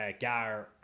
gar